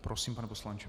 Prosím, pane poslanče.